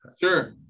sure